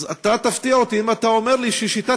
אז אתה מפתיע אותי אם אתה אומר לי ששיטת